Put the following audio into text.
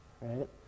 right